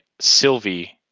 Sylvie